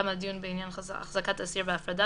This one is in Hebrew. גם על דיון בעניין החזקת אסיר בהפרדה,